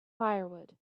firewood